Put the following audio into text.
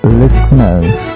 listeners